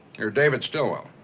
you're david stillwell.